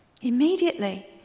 Immediately